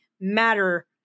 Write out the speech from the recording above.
matter